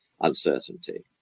uncertainty